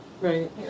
right